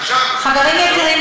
עכשיו --- חברים יקרים,